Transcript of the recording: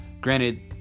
Granted